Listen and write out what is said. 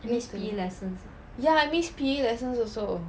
ya I miss P_E lessons also